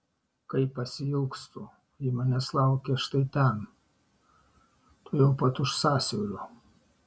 kai pasiilgstu ji manęs laukia štai ten tuojau pat už sąsiaurio